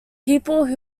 people